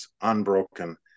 unbroken